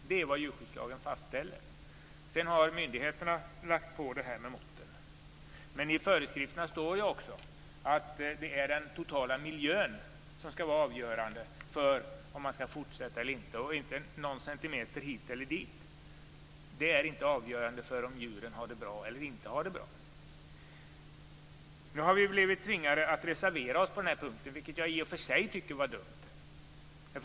Det är vad djurskyddslagen fastställer. Sedan har myndigheterna lagt på det här med måtten. Men i föreskrifterna står också att det är den totala miljön som skall vara avgörande för om man skall få fortsätta eller inte, inte någon centimeter hit eller dit. Det är inte avgörande för om djuren har det bra eller inte. Nu har vi blivit tvingade att reservera oss på den här punkten, vilket jag i och för sig tycker var dumt.